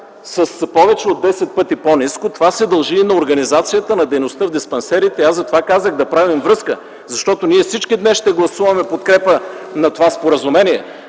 с повече от десет пъти по ниско, това се дължи и на организацията на дейността в диспансерите. Затова казах да правим връзка, защото ние всички днес ще гласуваме в подкрепа на това споразумение,